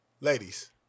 Ladies